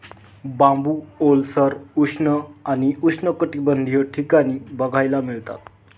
बांबू ओलसर, उष्ण आणि उष्णकटिबंधीय ठिकाणी बघायला मिळतात